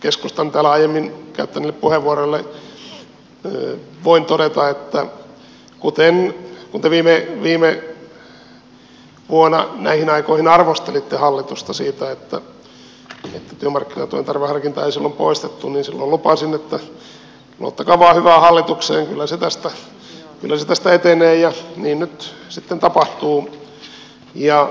keskustan täällä aiemmin käyttämiin puheenvuoroihin voin todeta että kun te viime vuonna näihin aikoihin arvostelitte hallitusta siitä että työmarkkinatuen tarveharkintaa ei silloin poistettu niin silloin lupasin että luottakaa vain hyvään hallitukseen kyllä se tästä etenee ja niin nyt sitten tapahtuu